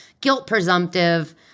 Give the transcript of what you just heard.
guilt-presumptive